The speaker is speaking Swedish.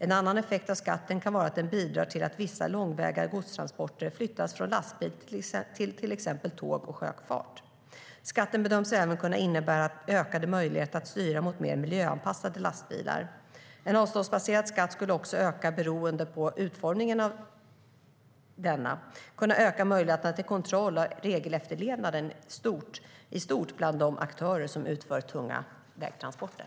En annan effekt av skatten kan vara att den bidrar till att vissa långväga godstransporter flyttas från lastbil till exempelvis tåg och sjöfart. Skatten bedöms även kunna innebära ökade möjligheter att styra mot mer miljöanpassade lastbilar. En avståndsbaserad skatt skulle också, beroende på utformningen av denna, kunna öka möjligheterna till kontroll av regelefterlevnaden i stort bland de aktörer som utför tunga vägtransporter.